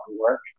work